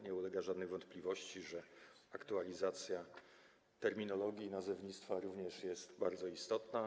Nie ulega żadnej wątpliwości, że aktualizacja terminologii i nazewnictwa również jest bardzo istotna.